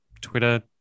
Twitter